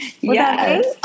yes